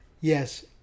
Yes